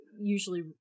usually